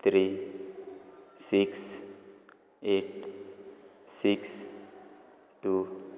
three six eight six two